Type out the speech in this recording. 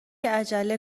عجله